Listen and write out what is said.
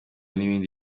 n’ibindi